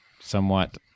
somewhat